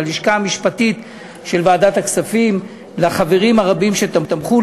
ללשכה המשפטית של ועדת הכספים ולחברים הרבים שתמכו.